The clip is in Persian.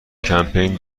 کمپین